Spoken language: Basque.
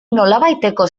nolabaiteko